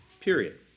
period